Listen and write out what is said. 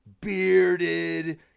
Bearded